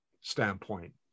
standpoint